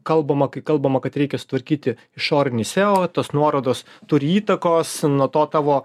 kalbama kai kalbama kad reikia sutvarkyti išorinį seo tos nuorodos turi įtakos nuo to tavo